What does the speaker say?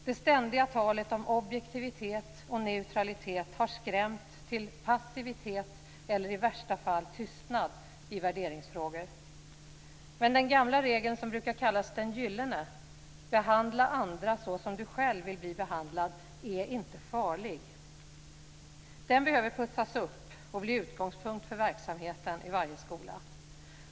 Det ständiga talet om objektivitet och neutralitet har skrämt till passivitet eller i värsta fall tystnad i värderingsfrågor. Men den gamla regeln, som brukar kallas den gyllene, behandla andra så som du själv vill bli behandlad, är inte farlig. Den behöver putsas upp och bli utgångspunkt för verksamheten i varje skola.